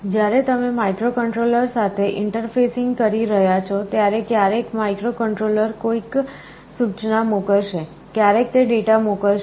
જ્યારે તમે માઇક્રોકન્ટ્રોલર સાથે ઇન્ટરફેસિન્ગ કરી રહ્યાં છો ત્યારે ક્યારેક માઇક્રોકન્ટ્રોલર કોઈક સૂચના મોકલશે ક્યારેક તે ડેટા મોકલશે